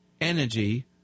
energy